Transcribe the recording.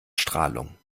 strahlung